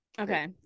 Okay